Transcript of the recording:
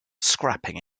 scrapping